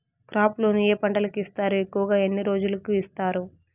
crop loan ఏ పంటలకు ఇస్తారు ఎక్కువగా ఎన్ని రోజులకి ఇస్తారు